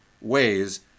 ways